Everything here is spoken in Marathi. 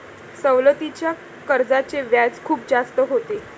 सवलतीच्या कर्जाचे व्याज खूप जास्त होते